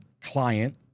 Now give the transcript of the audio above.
client